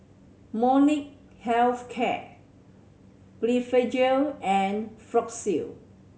Health Care Blephagel and Floxia